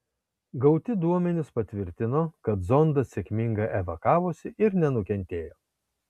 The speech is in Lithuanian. gauti duomenys patvirtino kad zondas sėkmingai evakavosi ir nenukentėjo